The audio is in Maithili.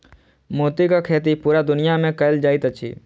मोतीक खेती पूरा दुनिया मे कयल जाइत अछि